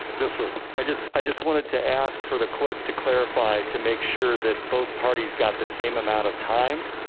yes, sir. i just i just wanted to ask for the clerk to clarify, to make sure that both parties got the same amount of time.